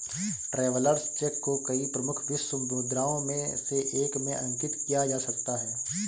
travellers cheque को कई प्रमुख विश्व मुद्राओं में से एक में अंकित किया जा सकता है